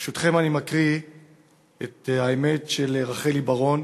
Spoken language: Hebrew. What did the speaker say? ברשותכם, אני מקריא את האמת של רחלי ברון,